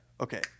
okay